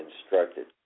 instructed